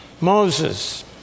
Moses